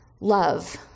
love